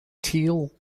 teal